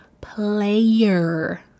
player